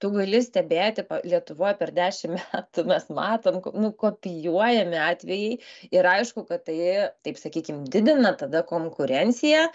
tu gali stebėti lietuvoj per dešim metų mes matom nukopijuojami atvejai ir aišku kad tai taip sakykim didina tada konkurenciją